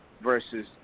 versus